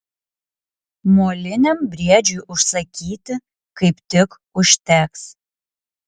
moliniam briedžiui užsakyti kaip tik užteks